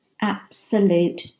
absolute